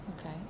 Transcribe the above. okay